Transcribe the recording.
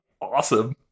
awesome